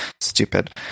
stupid